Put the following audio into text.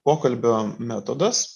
pokalbio metodas